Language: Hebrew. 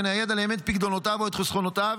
לנייד אליהם את פיקדונותיו או את חסכונותיו